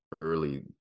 early